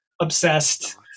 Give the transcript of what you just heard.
obsessed